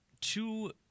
two